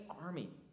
army